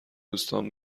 دوستام